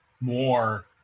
more